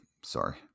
sorry